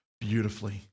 beautifully